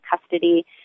custody